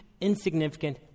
insignificant